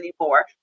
anymore